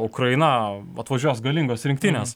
ukraina atvažiuos galingos rinktinės